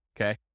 Okay